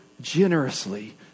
generously